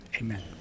Amen